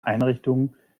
einrichtungen